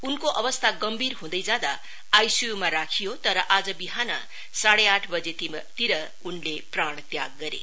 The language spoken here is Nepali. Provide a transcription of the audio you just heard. उनको अवस्था गम्भीर हुँदै जाँदा आईसीयू मा राखियो तर आज विहान साढ़े आठ बजेतिर उनले प्राण त्याग गरे